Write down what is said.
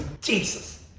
Jesus